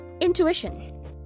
intuition